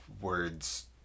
words